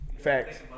Facts